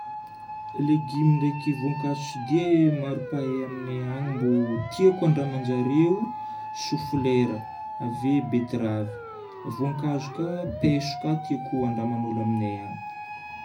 Légume ndraiky voankazo tsy dia maro mpahay aminay agny mbô tiako handraman-jareo: chou flera, ave bétterave. Voankazo ka, paiso ka tiako andraman'olo aminay agny.